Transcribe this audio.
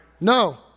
No